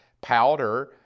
powder